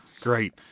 Great